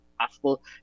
possible